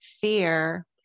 fear